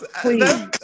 please